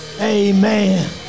Amen